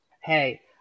hey